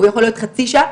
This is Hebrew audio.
הוא יכול להיות חצי שעה,